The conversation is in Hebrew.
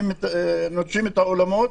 נוטשים את האולמות